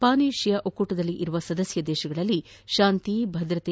PAN Asia ಒಕ್ಕೂಟದಲ್ಲಿರುವ ಸದಸ್ಯ ರಾಷ್ವಗಳಲ್ಲಿ ಶಾಂತಿ ಭದ್ರತೆ